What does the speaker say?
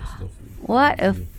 astaghfirullah